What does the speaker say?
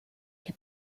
que